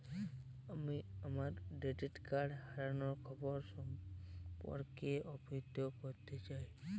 আমি আমার debit card হারানোর খবর সম্পর্কে অবহিত করতে চাই